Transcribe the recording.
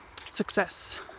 success